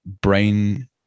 brain